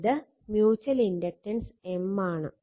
ഇത് mutual inductance M ആണ്